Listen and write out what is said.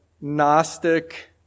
Gnostic